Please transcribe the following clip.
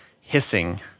hissing